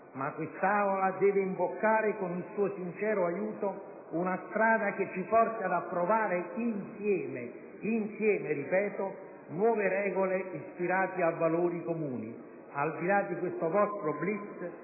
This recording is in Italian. ma quest'Aula deve imboccare, con il suo sincero aiuto, una strada che ci porti ad approvare insieme - e sottolineo insieme - nuove regole ispirate a valori comuni. Al di là di questo vostro *blitz*,